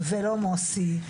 ולא מוסי,